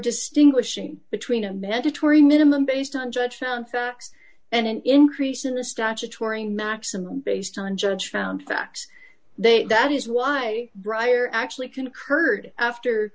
distinguishing between a met a tory minimum based on judge and an increase in the statutory maximum based on judge found fact they that is why briar actually concurred after